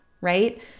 right